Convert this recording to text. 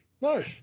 Nice